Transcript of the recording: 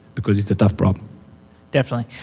because it's a tough problem definitely.